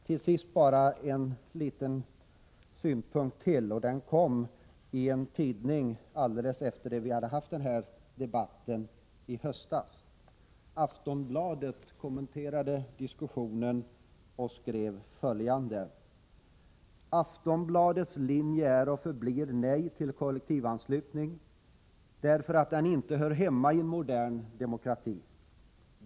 Till sist vill jag läsa upp några rader ur en artikel i Aftonbladet, som skrevs strax efter det att vi hade haft debatten i höstas. Tidningen skriver följande: ”Aftonbladets linje är och förblir nej till kollektivanslutning. Därför att den inte hör hemma i en modern demokrati.